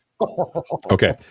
Okay